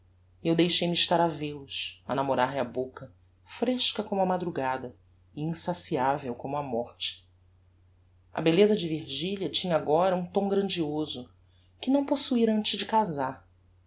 eu deixei-me estar a vel os a namorar lhe a boca fresca como a madrugada e insaciavel como a morte a belleza de virgilia tinha agora um tom grandioso que não possuira antes de casar